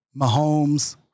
Mahomes